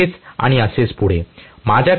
असेच आणि असेच पुढे